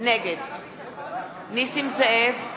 נגד נסים זאב,